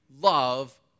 love